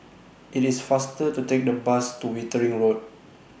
IT IS faster to Take The Bus to Wittering Road